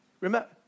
Remember